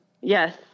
Yes